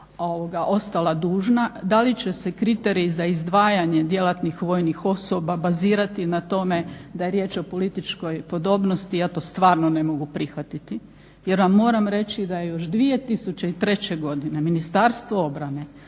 ostala dužna. Da li će se kriteriji za izdvajanje djelatnih vojnih osoba bazirati na tome da je riječ o političkoj podobnosti ja to stvarno ne mogu prihvatiti jer vam moram reći da je još 2003. godine Ministarstvo obrane